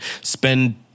spend